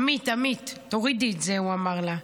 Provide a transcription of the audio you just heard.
עמית, עמית, תורידי את זה, הוא אמר לה,